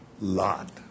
Lot